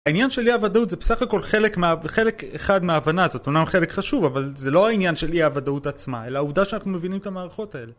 העניין של אי-הוודאות זה בסך הכל חלק אחד מההבנה הזאת, אומנם חלק חשוב, אבל זה לא העניין של אי-הוודאות עצמה, אלא העובדה שאנחנו מבינים את המערכות האלה.